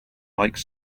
like